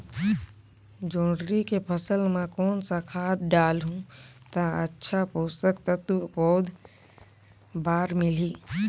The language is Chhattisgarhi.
जोंदरी के फसल मां कोन सा खाद डालहु ता अच्छा पोषक तत्व पौध बार मिलही?